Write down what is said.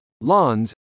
lawns